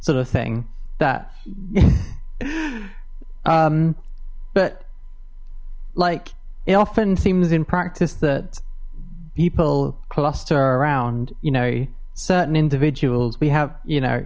sort of thing that but like it often seems in practice that people cluster around you know certain individuals we have you know